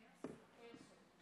אדוני היושב-ראש,